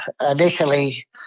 initially